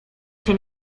się